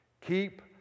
keep